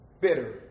bitter